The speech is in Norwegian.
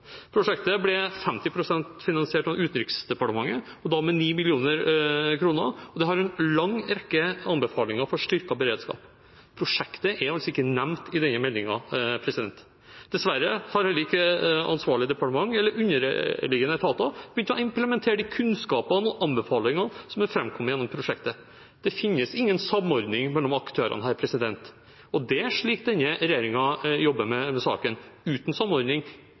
Prosjektet ble 50 pst. finansiert av Utenriksdepartementet, med 9 mill. kr, og det har en lang rekke anbefalinger for styrket beredskap. Prosjektet er ikke nevnt i denne meldingen. Dessverre har ansvarlig departement eller underliggende etater heller ikke begynt å implementere kunnskapene og anbefalingene som er framkommet gjennom prosjektet. Det finnes ingen samordning mellom aktørene her. Det er slik denne regjeringen jobber med saken – uten samordning,